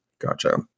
Gotcha